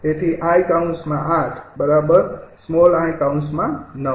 તેથી 𝐼૮𝑖૯